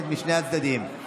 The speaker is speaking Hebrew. בעד זאב אלקין,